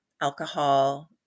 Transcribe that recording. alcohol